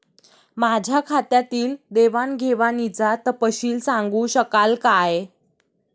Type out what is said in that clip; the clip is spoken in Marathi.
माझ्या खात्यातील देवाणघेवाणीचा तपशील सांगू शकाल काय?